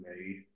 made